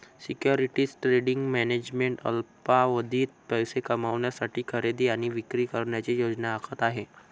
securities trading management अल्पावधीत पैसे कमविण्यासाठी खरेदी आणि विक्री करण्याची योजना आखत आहे